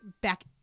back